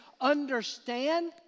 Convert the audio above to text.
understand